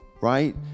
right